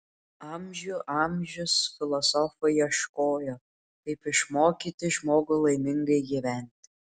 amžių amžius filosofai ieškojo kaip išmokyti žmogų laimingai gyventi